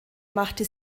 machte